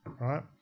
Right